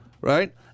right